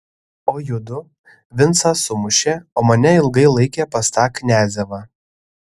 o judu vincą sumušė o mane ilgai laikė pas tą kniazevą